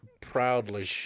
proudly